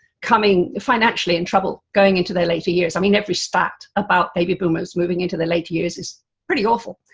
coming financially in trouble, going into their later years. i mean every so fact about baby boomers moving into the later years is pretty awful,